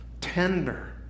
tender